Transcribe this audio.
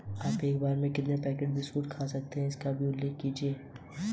बैंकों में जमा बचत के लिए कौन कौन सी योजनाएं और खाते संचालित किए जा रहे हैं?